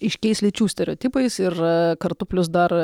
aiškiais lyčių stereotipais ir kartu plius dar